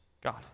God